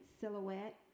silhouette